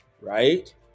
right